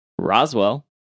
Roswell